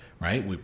right